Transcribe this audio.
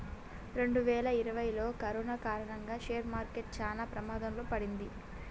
రెండువేల ఇరవైలో కరోనా కారణంగా షేర్ మార్కెట్ చానా ప్రమాదంలో పడింది